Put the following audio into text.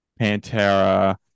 Pantera